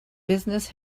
business